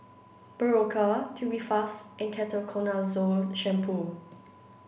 Berocca Tubifast and Ketoconazole Shampoo